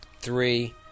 three